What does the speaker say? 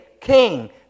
King